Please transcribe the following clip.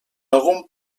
algun